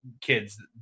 kids